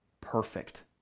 perfect